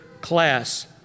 class